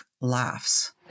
laughs